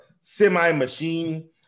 semi-machine